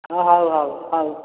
ହଁ ହଉ ହଉ ହଉ